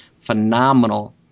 phenomenal